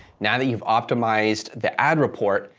now, that you've optimized the ad report,